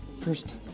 First